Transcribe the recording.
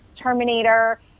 Terminator